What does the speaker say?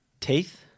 Teeth